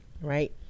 right